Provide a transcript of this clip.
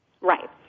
Right